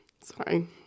Sorry